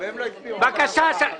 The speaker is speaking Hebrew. אתם צבועים.